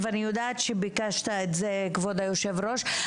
אני יודעת שביקשת את זה אדוני היושב ראש,